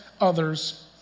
others